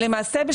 למעשה,